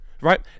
right